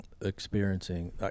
experiencing